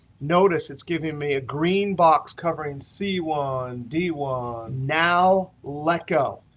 notice it's giving me a green box covering c one, d one. now let go.